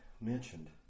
mentioned